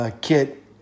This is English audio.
kit